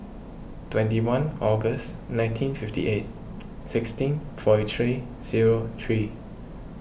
twenty one August nineteen fifty eight sixty forty three zero three